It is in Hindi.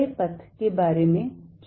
बड़े पथ के बारे में क्या